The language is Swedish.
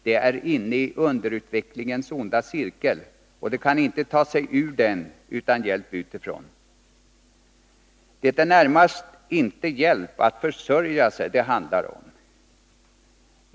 De är inne i underutvecklingens onda cirkel, och de kan inte ta sig ur den utan hjälp utifrån. Det är inte närmast hjälp att försörja sig det handlar om.